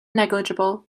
negligible